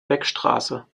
beckstraße